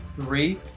Three